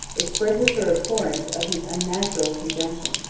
expresses her abhorrence of his unnatural conjunction.